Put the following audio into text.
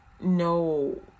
no